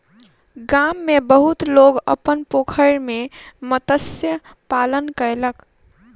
गाम में बहुत लोक अपन पोखैर में मत्स्य पालन कयलक